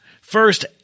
first